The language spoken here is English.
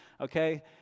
okay